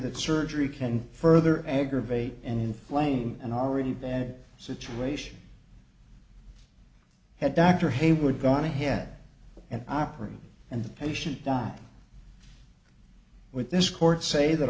that surgery can further aggravate and inflame an already bad situation had dr hayward gone ahead and operated and the patient died with this court say that